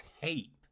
tape